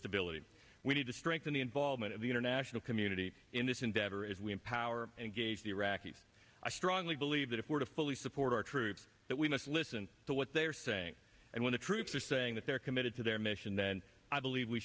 stability we need to strengthen the involvement of the international community in this endeavor if we empower engage the iraqis i strongly believe that if we're to fully support our troops that we must listen to what they are saying and when the troops are saying that they're committed to their mission then i believe we